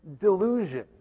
delusion